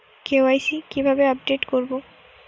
KYC কিভাবে update করব?